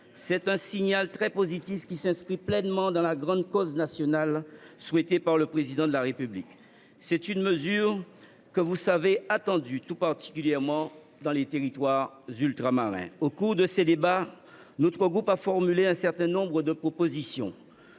C’est un signal très positif, qui s’inscrit pleinement dans la grande cause nationale souhaitée par le Président de la République. C’est une mesure que vous savez attendue, tout particulièrement dans les territoires ultramarins. Au cours des débats, notre groupe a formulé un certain nombre de propositions.